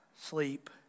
sleep